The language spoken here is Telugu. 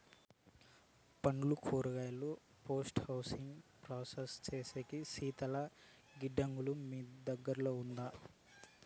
పండ్లు కూరగాయలు పోస్ట్ హార్వెస్టింగ్ ప్రాసెస్ సేసేకి శీతల గిడ్డంగులు మీకు దగ్గర్లో ఉందా?